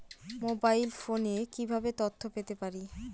Mobile ফোনে কিভাবে তথ্য পেতে পারি?